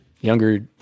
younger